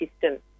system